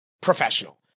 professional